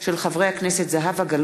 של חבר הכנסת אלעזר